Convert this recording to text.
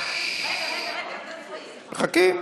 רגע, רגע, מחכים.